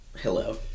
Hello